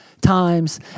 times